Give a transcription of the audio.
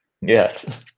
yes